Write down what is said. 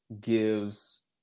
gives